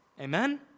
Amen